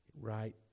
right